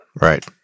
Right